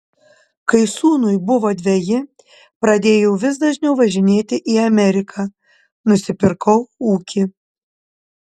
kai sūnui buvo dveji pradėjau vis dažniau važinėti į ameriką nusipirkau ūkį